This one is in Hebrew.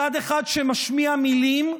צד אחד שמשמיע מילים,